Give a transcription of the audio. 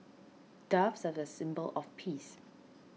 doves are a symbol of peace